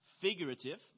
figurative